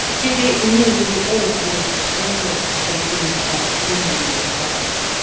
did it need all this struggle to bid a dream depart?